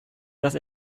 dass